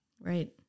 Right